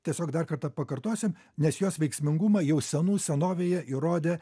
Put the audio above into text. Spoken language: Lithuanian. tiesiog dar kartą pakartosim nes jos veiksmingumą jau senų senovėje įrodė